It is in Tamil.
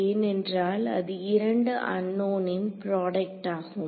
ஏனென்றால் அது 2 அன்னோனின் ப்ராடக்ட் ஆகும்